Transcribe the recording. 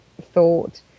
thought